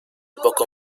poco